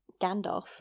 Gandalf